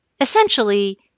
Essentially